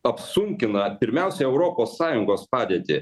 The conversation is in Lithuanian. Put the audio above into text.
apsunkina pirmiausia europos sąjungos padėtį